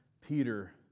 Peter